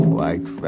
White